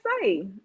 say